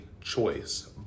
choice